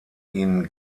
ihn